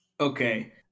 okay